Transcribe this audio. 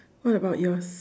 what about yours